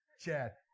Chad